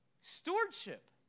Stewardship